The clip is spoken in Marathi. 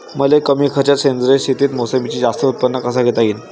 मले कमी खर्चात सेंद्रीय शेतीत मोसंबीचं जास्त उत्पन्न कस घेता येईन?